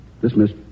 Dismissed